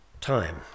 time